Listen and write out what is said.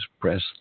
press